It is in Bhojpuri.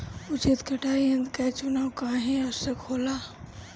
उचित कटाई यंत्र क चुनाव काहें आवश्यक होला?